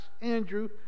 Andrew